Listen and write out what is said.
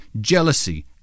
jealousy